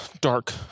dark